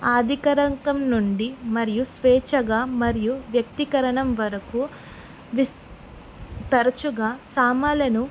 ఆధునికత నుండి మరియు స్వేచ్ఛాగా మరియు వ్యక్తీకరణ వరకు తరచుగా సామాలను